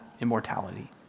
immortality